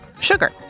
sugar